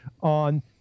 on